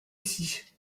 ici